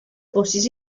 buses